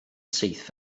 syth